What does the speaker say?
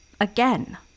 again